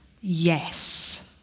Yes